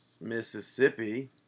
Mississippi